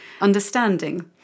understanding